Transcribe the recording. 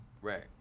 Right